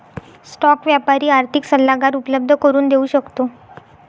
stock व्यापारी आर्थिक सल्लागार उपलब्ध करून देऊ शकतो